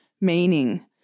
meaning